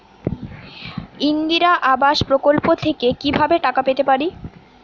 ইন্দিরা আবাস প্রকল্প থেকে কি ভাবে টাকা পেতে পারি?